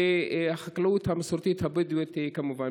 ובחקלאות המסורתית הבדואית, כמובן.